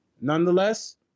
Nonetheless